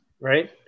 right